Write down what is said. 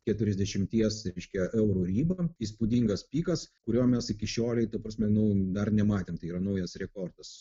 keturiasdešimties reiškia eurų ribą įspūdingas pikas kurio mes iki šiolei ta prasme nu dar nematėm tai yra naujas rekordas